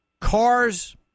cars